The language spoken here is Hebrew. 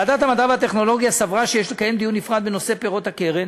ועדת המדע והטכנולוגיה סברה שיש לקיים דיון נפרד בנושא פירות הקרן